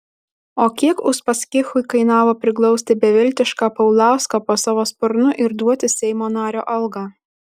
o kiek uspaskichui kainavo priglausti beviltišką paulauską po savo sparnu ir duoti seimo nario algą